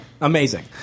Amazing